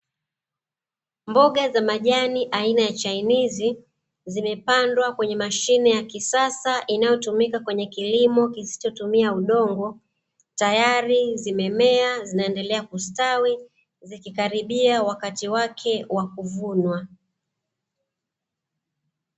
Mboga za majani aina ya chainizi zimepandwa kwenye mashine za kisasa inayotumika kwenye kilimo kisichotumia udongo, tayari zimemea zinaendelea kustawi zikikaribia wakati wake wa kuvunwa.